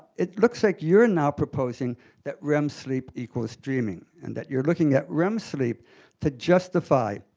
it looks like you're now proposing that rem sleep equals dreaming, and that you're looking at rem sleep to justify,